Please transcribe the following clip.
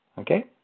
Okay